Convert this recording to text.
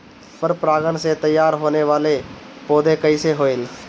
पर परागण से तेयार होने वले पौधे कइसे होएल?